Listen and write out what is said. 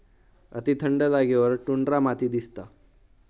अती थंड जागेवर टुंड्रा माती दिसता